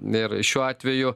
ir šiuo atveju